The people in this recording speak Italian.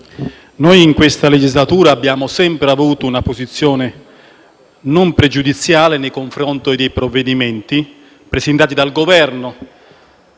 in questa legislatura noi abbiamo sempre avuto una posizione non pregiudiziale nei confronti dei provvedimenti presentati dal Governo,